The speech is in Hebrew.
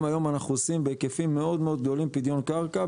גם אנחנו עושים בהיקפים מאוד גדולים פדיון קרקע,